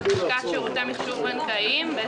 שתיתן בראש לראשי רשויות שעושים דין לעצמם,